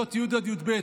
כיתות י"א-י"ב,